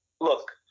look